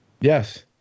Yes